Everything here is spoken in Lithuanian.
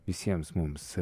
visiems mums